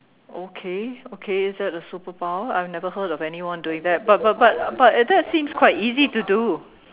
okay okay is that the superpower I've never heard of anyone doing that but but but but that seems quite easy to do